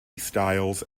styles